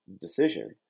decision